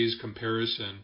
comparison